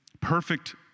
perfect